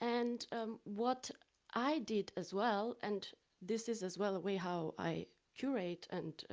and what i did as well, and this is as well way how i curate and